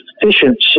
efficiency